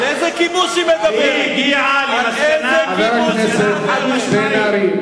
והיא הגיעה למסקנה חד-משמעית,